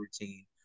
routine